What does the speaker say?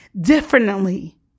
differently